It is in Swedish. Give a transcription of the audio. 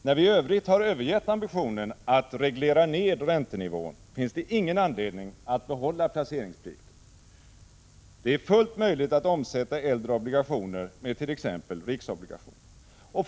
När vi i övrigt har övergivit ambitionen att reglera ner räntenivån finns det ingen anledning att behålla placeringsplikten. Det är fullt möjligt att omsätta äldre obligationer med t.ex. riksobligationer.